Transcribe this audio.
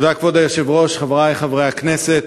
כבוד היושב-ראש, תודה, חברי חברי הכנסת,